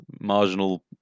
marginal